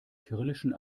kyrillischen